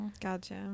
gotcha